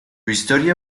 historia